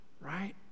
right